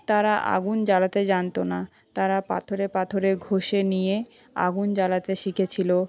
তারা আগুন জালাতে জানত না তারা পাথরে পাথরে ঘষে নিয়ে আগুন জালাতে শিখেছিল